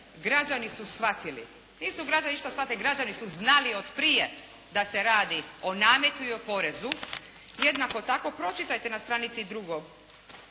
"Građani su shvatili.". Nisu građani ništa shvatili nego građani su znali od prije da se radi o nametu i o porezu. Jednako tako, pročitajte na stranici drugoj.